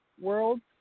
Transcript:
worlds